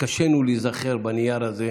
התקשינו להיזכר בנייר הזה,